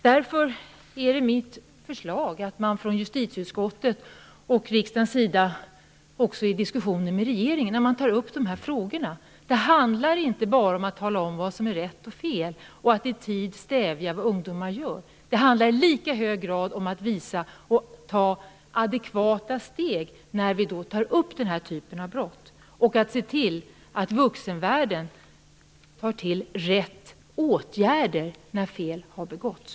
Därför är mitt förslag att man från justitieutskottets och riksdagens sida, också i diskussioner med regeringen i de här frågorna, poängterar att det inte bara handlar om att tala om vad som är rätt och fel och att i tid stävja det ungdomar gör. Det handlar i lika hög grad om att visa och ta adekvata steg när vi tar upp den här typen av brott, se till att vuxenvärlden tar till rätt åtgärder när fel har begåtts.